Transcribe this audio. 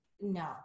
no